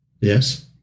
Yes